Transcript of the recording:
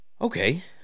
Okay